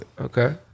Okay